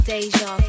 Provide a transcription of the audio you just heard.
Deja